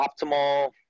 optimal